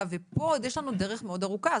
ופה עוד יש לנו דרך מאוד ארוכה,